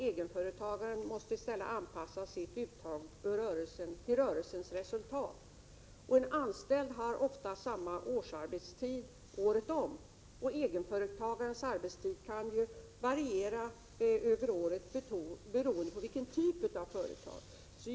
Egenföretagaren måste i stället anpassa sitt uttag till rörelsens resultat. En anställd har ofta samma arbetstid året om, medan en egenföretagares arbetstid kan variera över året beroende på vilken typ av företag han har.